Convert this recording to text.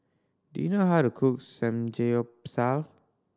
do you know how to cook Samgeyopsal